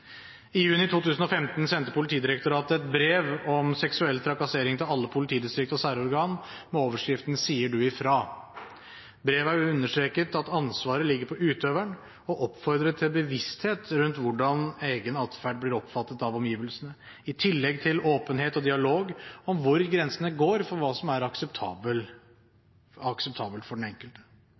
I juni 2015 sendte Politidirektoratet et brev om seksuell trakassering til alle politidistrikt og særorgan med overskriften «Sier du ifra?» Det var understreket at ansvaret ligger på utøveren, og oppfordret til bevissthet rundt hvordan egen atferd blir oppfattet av omgivelsene, i tillegg til åpenhet og dialog om hvor grensene går for hva som er akseptabelt for den enkelte.